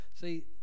See